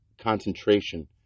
concentration